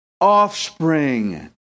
offspring